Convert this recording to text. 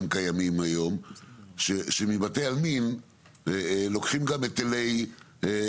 קיימים היום שמבתי עלמין לוקחים גם היטלים,